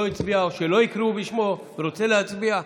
הצביע או שלא הקריאו בשמו ורוצה להצביע?